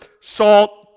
salt